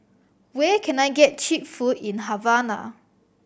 where can I get cheap food in Havana